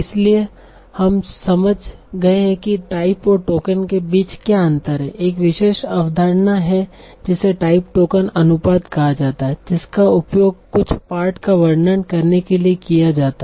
इसलिए हम समझ गए हैं कि टाइप और टोकन के बीच क्या अंतर है एक विशेष अवधारणा है जिसे टाइप टोकन अनुपात कहा जाता है जिसका उपयोग कुछ पाठ का वर्णन करने के लिए किया जाता है